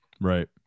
Right